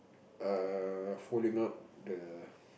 err folding up the